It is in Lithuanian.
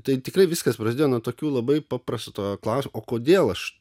tai tikrai viskas prasidėjo nuo tokių labai paprasto klausimo kodėl aš